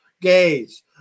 gays